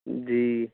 جی